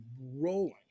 rolling